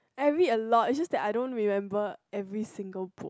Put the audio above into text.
I read a lot it's just that I don't remember every single book